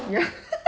ya